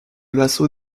l’assaut